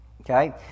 Okay